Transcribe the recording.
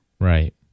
Right